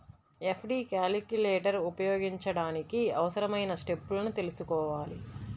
FD calculator ఉపయోగించడానికి అవసరమైన స్టెప్పులను తెల్సుకోవాలి